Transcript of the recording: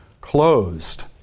closed